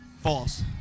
False